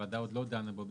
שהוועדה עוד לא דנה בו,